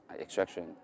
extraction